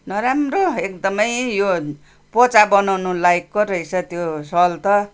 नराम्रो एकदमै यो पोचा बनाउनु लायकको रहेछ त्यो सल त